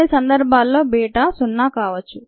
కొన్ని సందర్భాల్లో బీటా 0 కావొచ్చు